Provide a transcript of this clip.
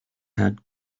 had